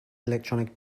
electronic